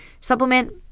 supplement